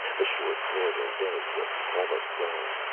the short northern day was almost gone.